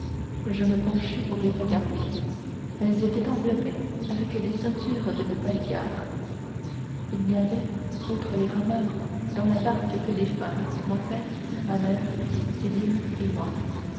je me penchai pour les regarder elles étaient enveloppées avec les ceintures de nos palicares il n'y avait outre les rameurs dans la barque que des femmes mon père ma mère sélim et moi